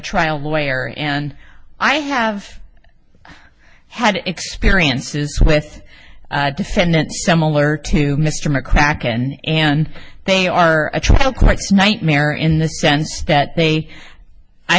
trial lawyer and i have had experiences with defendants similar to mr mccracken and they are a trial court's nightmare in the sense that they i